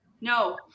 No